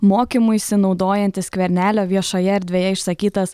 mokymuisi naudojanti skvernelio viešoje erdvėje išsakytas